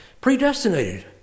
predestinated